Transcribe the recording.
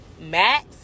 Max